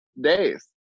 days